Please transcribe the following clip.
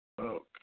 Okay